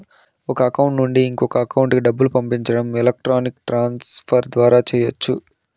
ఒక అకౌంట్ నుండి ఇంకో అకౌంట్ కి డబ్బులు పంపించడం ఎలక్ట్రానిక్ ట్రాన్స్ ఫర్ ద్వారా చెయ్యచ్చు